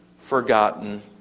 forgotten